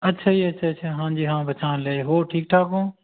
ਅੱਛਾ ਜੀ ਅੱਛਾ ਅੱਛਾ ਹਾਂਜੀ ਹਾਂ ਪਛਾਣ ਲਿਆ ਜੀ ਹੋਰ ਠੀਕ ਠਾਕ ਹੋ